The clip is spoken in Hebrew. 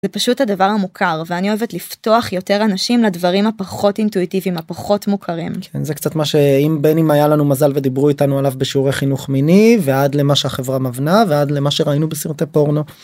זה פשוט הדבר המוכר ואני אוהבת לפתוח יותר אנשים לדברים הפחות אינטואיטיביים, הפחות מוכרים. כן זה קצת מה שאם בין אם היה לנו מזל ודיברו איתנו עליו בשיעורי חינוך מיני ועד למה שהחברה מבנה ועד למה שראינו בסרטי פורנו.